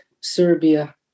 Serbia